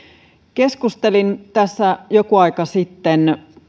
keskustelin tässä joku aika sitten